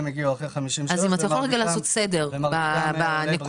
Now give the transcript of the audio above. כן, הם הגיעו אחרי 53' ומרביתם --- אתה